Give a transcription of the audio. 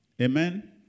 Amen